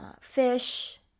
fish